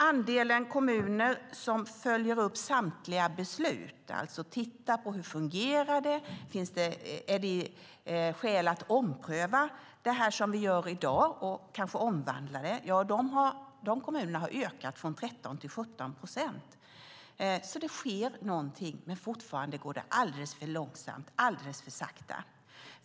Andelen kommuner som följer upp samtliga beslut, som alltså tittar på hur det fungerar och om det finns skäl att ompröva och kanske omvandla det de gör, har ökat från 13 till 17 procent. Det sker alltså något, men det går fortfarande alldeles för långsamt.